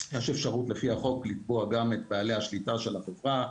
יש אפשרות לפי החוק לתבוע גם את בעלי השליטה של החברה.